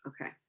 Okay